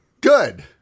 Good